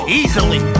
easily